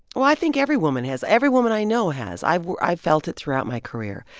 well, i think every woman has. every woman i know has. i've i've felt it throughout my career.